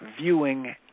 viewing